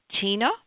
Tina